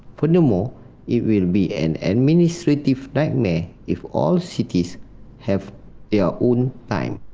furthermore, it will be an administrative nightmare if all cities have yeah own time.